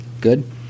Good